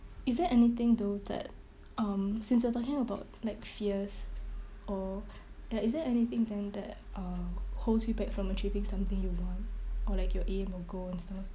is there anything though that um since we're talking about like fears or ya is there anything then that uh holds you back from achieving something you want or like your aim or goal and stuff